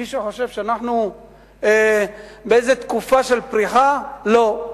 מי שחושב שאנחנו באיזה תקופה של פריחה, לא.